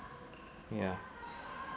ya